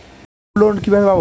আমি গোল্ডলোন কিভাবে পাব?